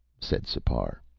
said sipar.